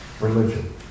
religion